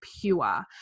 pure